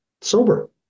sober